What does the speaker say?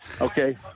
Okay